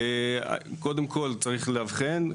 קודם כול, צריך להבחין.